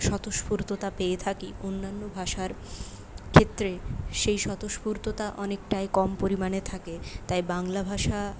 স্বতঃস্ফূর্ততা পেয়ে থাকি অন্যান্য ভাষার ক্ষেত্রে সেই স্বতঃস্ফূর্ততা অনেকটাই কম পরিমাণে থাকে তাই বাংলা ভাষা